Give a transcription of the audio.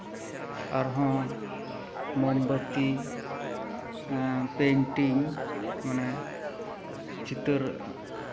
ᱟᱨᱦᱚᱸ ᱢᱳᱢᱵᱟᱛᱤ ᱯᱮᱱᱴᱤᱝ ᱢᱟᱱᱮ ᱪᱤᱛᱟᱹᱨ